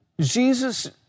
Jesus